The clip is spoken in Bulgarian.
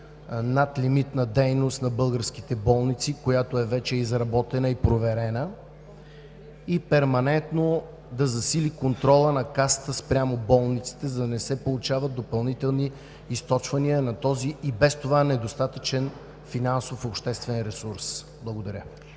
надлимитна дейност на българските болници, която вече е изработена и проверена и, второ, перманентно да засили контрола на Касата спрямо болниците, за да не се получават допълнителни източвания на този и без това недостатъчен финансов обществен ресурс. Благодаря.